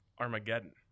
Armageddon